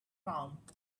round